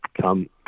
come